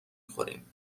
خوریم